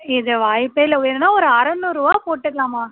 இது வாய்ப்பே இல்லை வேணும்ன்னா ஒரு அறுநூறுவா போட்டுக்கலாம்மா